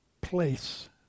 place